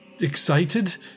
excited